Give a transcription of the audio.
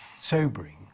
sobering